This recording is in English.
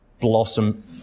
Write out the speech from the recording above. blossom